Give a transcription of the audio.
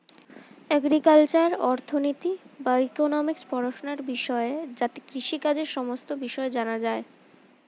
agricultural অর্থনীতি বা economics পড়াশোনার বিষয় যাতে কৃষিকাজের সমস্ত বিষয় জানা যায়